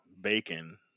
bacon